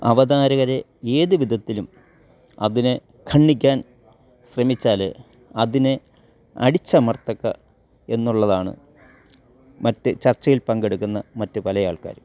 അവതാരകരെ ഏത് വിധത്തിലും അതിനെ ഖണ്ഡിക്കാൻ ശ്രമിച്ചാൽ അതിനെ അടിച്ചമർത്തക്ക എന്നുള്ളതാണ് മറ്റ് ചർച്ചയിൽ പങ്കെടുക്കുന്ന മറ്റ് പല ആൾക്കാരും